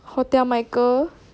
hotel michael